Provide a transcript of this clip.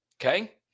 Okay